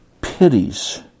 pities